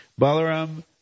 Balaram